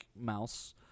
mouse